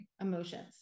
emotions